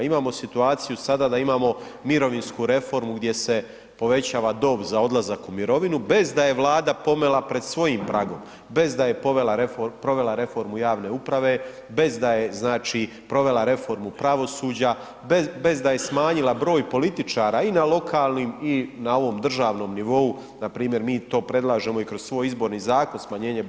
Imamo situaciju sada da imamo mirovinsku reformu gdje se povećava dob za odlazak u mirovinu bez da je Vlada pomela pred svojim pragom, bez da je provela reformu javne uprave, bez da je, znači, provela reformu pravosuđa, bez da je smanjila broj političara i na lokalnim i na ovom državnom nivou, npr. mi to predlažemo i kroz svoje izborni zakon, smanjenje broja zastupnika.